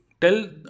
tell